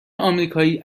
آمریکایی